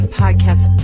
podcast